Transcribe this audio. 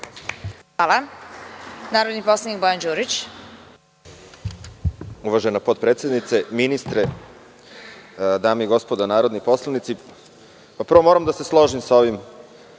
ima narodni poslanik Bojan Đurić.